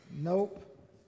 Nope